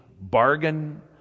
bargain